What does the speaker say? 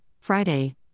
Friday